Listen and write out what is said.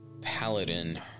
paladin